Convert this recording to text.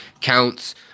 counts